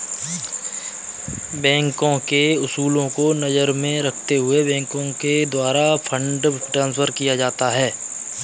बैंकों के उसूलों को नजर में रखते हुए बैंकों के द्वारा फंड ट्रांस्फर किया जाता है